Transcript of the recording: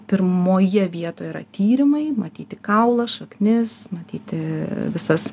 pirmoje vietoje yra tyrimai matyti kaulą šaknis matyti visas